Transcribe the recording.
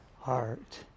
heart